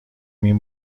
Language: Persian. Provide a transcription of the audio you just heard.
این